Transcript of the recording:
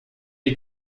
est